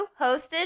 hosted